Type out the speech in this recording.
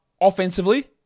offensively